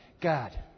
God